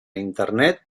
internet